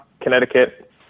Connecticut